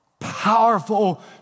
powerful